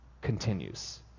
continues